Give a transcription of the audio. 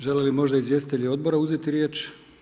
Žele li možda izvjestitelji odbora uzeti riječ?